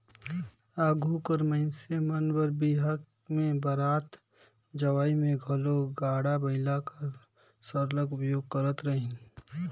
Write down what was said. आघु कर मइनसे मन बर बिहा में बरात जवई में घलो गाड़ा बइला कर सरलग उपयोग करत रहिन